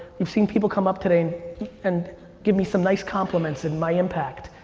you've seen people come up today and give me some nice compliments in my impact.